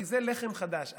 כי זה לחם חדש.